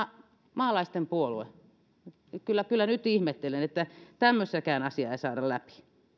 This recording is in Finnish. maalaisten puolue kyllä kyllä nyt ihmettelen että tämmöistäkään asiaa ei saada läpi